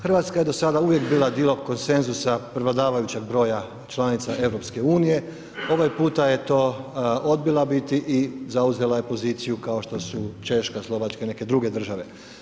Hrvatska je do sada uvijek bila dio konsenzusa prevladavajućeg broja članica EU, ovaj puta je to odbila biti i zauzela je poziciju kao što su Češka, Slovačka i neke druge države.